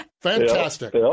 Fantastic